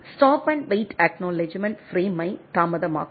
stop மற்றும் wait acknowledgement பிரேமை தாமாதமாக்கும்